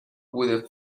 with